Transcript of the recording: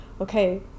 okay